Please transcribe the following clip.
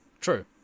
True